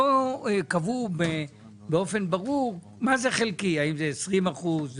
לא קבעו באופן ברור מה זה חלקי, האם זה 20%?